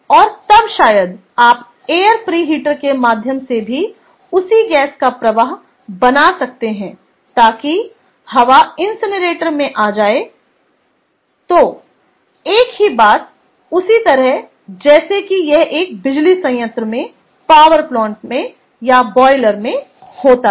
और तब शायद आप एयर प्रिहीटर के माध्यम से भी उसी गैस का प्रवाह बना सकते हैं ताकि हवा इनसिनरेटर में आ जाए तो एक ही बात उसी तरह जैसे कि यह एक बिजली संयंत्र में पावर प्लांट में या बॉयलर में होता है